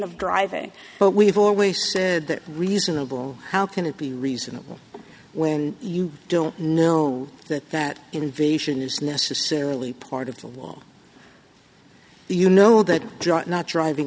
of driving but we've always said that reasonable how can it be reasonable when you don't know that that invasion is necessarily part of the law you know that not driving